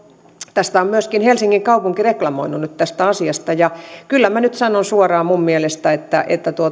tästä asiasta on myöskin helsingin kaupunki reklamoinut ja kyllä minä nyt sanon suoraan että mielestäni tämä